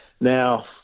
now